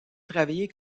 travaillé